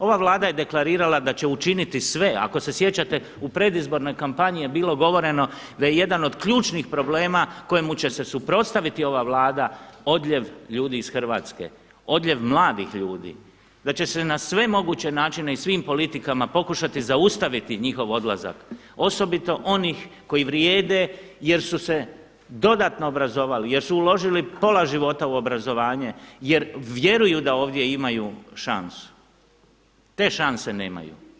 Ova Vlada je deklarirala da će učiniti sve, ako se sjećate u predizbornoj kampanji je bilo govoreno da je jedan od ključnih problema kojemu će se suprotstaviti ova Vlada odljev ljudi iz Hrvatske, odljev mladih ljudi, da će se na sve moguće načine i svim politikama pokušati zaustaviti njihov odlazak osobito onih koji vrijede jer su se dodatno obrazovali, jer su uložili pola života u obrazovanje jer vjeruju da ovdje imaju šansu, te šanse nemaju.